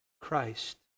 Christ